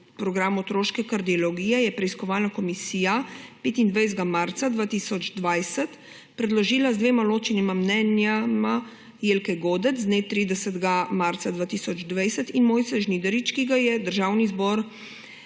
na programu otroške kardiologije je preiskovalna komisija 25. marca 2020 predložila z dvema ločenima mnenjema Jelke Godec z dne 30. marca 2020 in Mojce Žnidarič, ki ga je Državni zbor